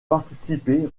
participer